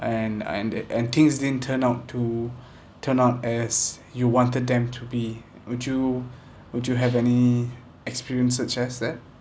and and it and things didn't turn out to turn out as you wanted them to be would you would you have any experience such as that